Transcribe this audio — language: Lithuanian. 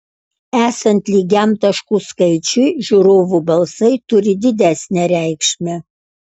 esant lygiam taškų skaičiui žiūrovų balsai turi didesnę reikšmę